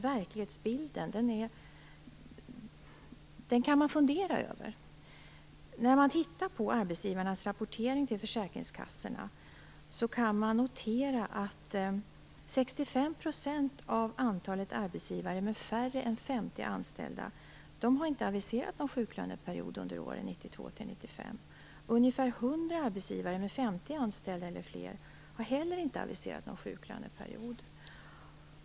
Verklighetsbilden är något man kan fundera över. Vad gäller arbetsgivarnas rapportering till försäkringskassorna kan man notera att 65 % av antalet arbetsgivare med färre än 50 anställda inte har aviserat någon sjuklöneperiod under åren 1992-1995. Ungefär 100 arbetsgivare med 50 anställda eller fler har heller inte aviserat någon sjuklöneperiod.